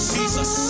Jesus